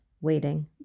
waiting